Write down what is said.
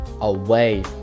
away